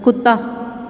ਕੁੱਤਾ